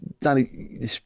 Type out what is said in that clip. Danny